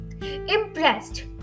Impressed